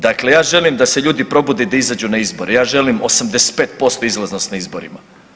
Dakle, ja želim da se ljudi probude i da izađu na izbore, ja želim 85% izlaznost na izborima.